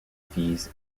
fees